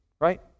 right